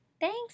thanks